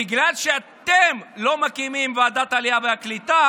בגלל שאתם לא מקימים את ועדת העלייה והקליטה